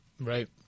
Right